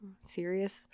serious